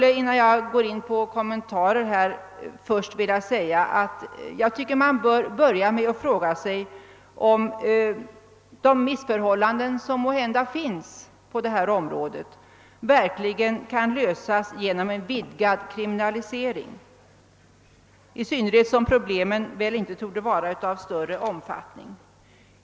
Innan jag gör några kommentarer till detta skulle jag vilja säga att man bör börja med att fråga sig om de missförhållanden som måhända finns på detta område verkligen kan avskaffas genom en vidgad kriminalisering, i synnerhet som problemen inte torde vara av större omfattning.